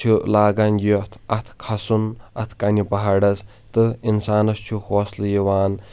چھُ لاگان یتھ اتھ کھسُن اتھ کنہِ پہاڑس تہٕ انسانس چھُ حوصلہٕ یِوان